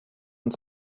und